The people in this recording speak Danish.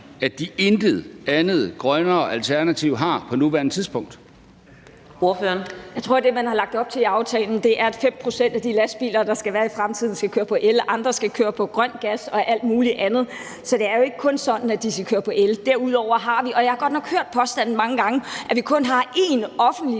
Adsbøl): Ordføreren. Kl. 13:57 Pia Olsen Dyhr (SF): Jeg tror, at det, man har lagt op til i aftalen, er, at 5 pct. af de lastbiler, der skal være i fremtiden, skal køre på el, og andre skal køre på grøn gas og alt muligt andet. Så det er jo ikke kun sådan, at de skal køre på el. Og jeg har godt nok hørt påstanden mange gange, at vi kun har én offentlig